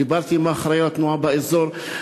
דיברתי עם האחראי לתנועה באזור,